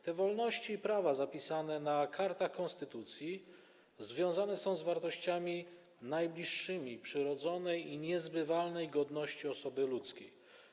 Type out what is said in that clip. Te wolności i prawa zapisane na kartach konstytucji związane są z wartościami najbliższymi przyrodzonej i niezmywalnej godności osoby ludzkiej.